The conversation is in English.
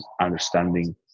understanding